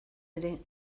ere